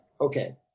okay